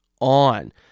on